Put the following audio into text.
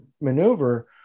maneuver